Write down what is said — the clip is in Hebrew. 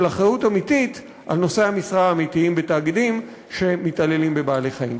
אחריות אמיתית על נושאי המשרה האמיתיים בתאגידים שמתעללים בבעלי-חיים.